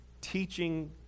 teaching